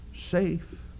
safe